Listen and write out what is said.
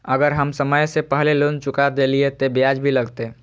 अगर हम समय से पहले लोन चुका देलीय ते ब्याज भी लगते?